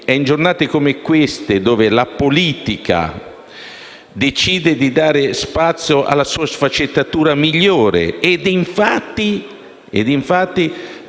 è in giornate come queste che la politica decide di dare spazio alla sua sfaccettatura migliore. E, infatti,